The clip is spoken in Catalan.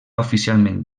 oficialment